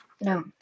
No